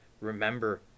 remember